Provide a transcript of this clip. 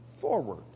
forward